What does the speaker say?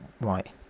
right